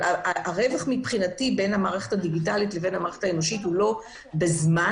הרווח בין המערכת הדיגיטלית לבין המערכת האנושית הוא לא בזמן.